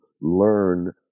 learn